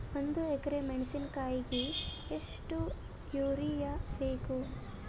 ಒಂದ್ ಎಕರಿ ಮೆಣಸಿಕಾಯಿಗಿ ಎಷ್ಟ ಯೂರಿಯಬೇಕು?